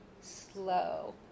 slow